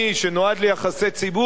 שנועד ליחסי ציבור,